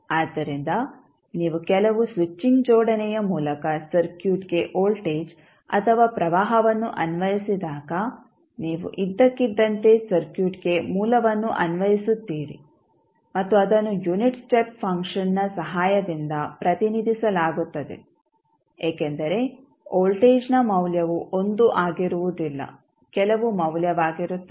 ಆದ್ದರಿಂದ ನೀವು ಕೆಲವು ಸ್ವಿಚಿಂಗ್ ಜೋಡಣೆಯ ಮೂಲಕ ಸರ್ಕ್ಯೂಟ್ಗೆ ವೋಲ್ಟೇಜ್ ಅಥವಾ ಪ್ರವಾಹವನ್ನು ಅನ್ವಯಿಸಿದಾಗ ನೀವು ಇದ್ದಕ್ಕಿದ್ದಂತೆ ಸರ್ಕ್ಯೂಟ್ಗೆ ಮೂಲವನ್ನು ಅನ್ವಯಿಸುತ್ತೀರಿ ಮತ್ತು ಅದನ್ನು ಯುನಿಟ್ ಸ್ಟೆಪ್ ಫಂಕ್ಷನ್ನ ಸಹಾಯದಿಂದ ಪ್ರತಿನಿಧಿಸಲಾಗುತ್ತದೆ ಏಕೆಂದರೆ ವೋಲ್ಟೇಜ್ನ ಮೌಲ್ಯವು 1 ಆಗಿರುವುದಿಲ್ಲ ಕೆಲವು ಮೌಲ್ಯವಾಗಿರುತ್ತದೆ